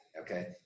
Okay